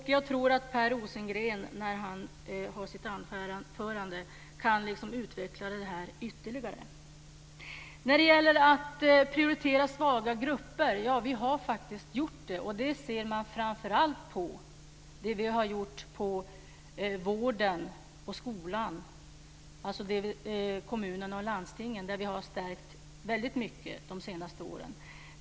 Jag tror att Per Rosengren kan utveckla detta ytterligare när han ska hålla sitt anförande. Sedan var det frågan om att prioritera svaga grupper. Vi har faktiskt gjort det. Det syns framför allt på vad vi har gjort för att stärka vården och skolan inom kommunerna och landstingen under de senaste åren.